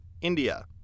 India